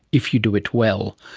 if you do it well,